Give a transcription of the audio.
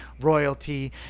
royalty